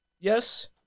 yes